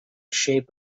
shape